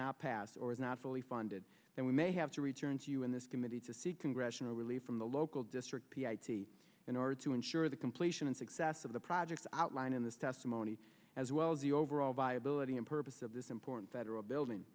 not pass or is not fully funded and we may have to return to you in this committee to seek congressional relief from the local district p i t in order to ensure the completion and success of the project outlined in this testimony as well as the overall viability and purpose of this important federal building